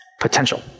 Potential